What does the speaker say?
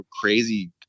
crazy